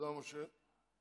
תודה, משה.